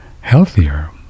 healthier